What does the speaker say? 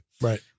Right